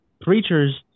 preachers